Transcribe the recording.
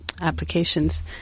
applications